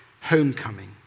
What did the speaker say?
homecoming